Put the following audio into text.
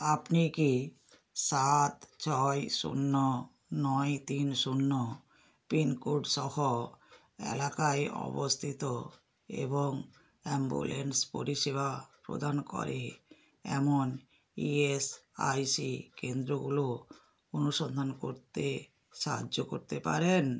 আপনি কি সাত ছয় শূন্য নয় তিন শূন্য পিনকোড সহ এলাকায় অবস্থিত এবং অ্যাম্বুলেন্স পরিষেবা প্রদান করে এমন ইএসআইসি কেন্দ্রগুলো অনুসন্ধান করতে সাহায্য করতে পারেন